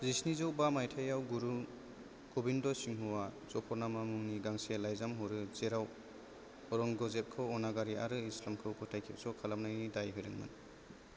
जिस्निजौ बा मायथाइयाव गुरु गबिन्द सिंहआ जफरनामा मुंनि गांसे लाइजाम हरो जेराव औरंग'जेबखौ अनागारि आरो इस्लामखौ फोथाय खेबस' खालामनायनि दाय होदोंमोन